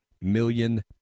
million